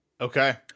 okay